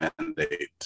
mandate